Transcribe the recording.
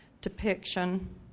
depiction